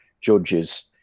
judges